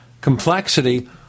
complexity